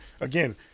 Again